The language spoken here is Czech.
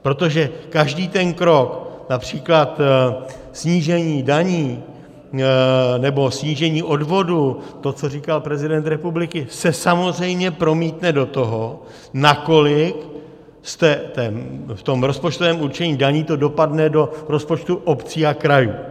Protože každý ten krok, například snížení daní nebo snížení odvodů, to, co říkal prezident republiky, se samozřejmě promítne do toho, nakolik v tom rozpočtovém určení daní to dopadne do rozpočtu obcí a krajů.